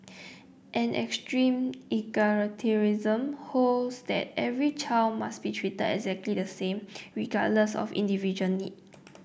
an extreme egalitarianism holds that every child must be treated exactly the same regardless of individual need